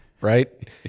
right